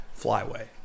flyway